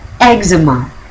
eczema